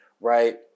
right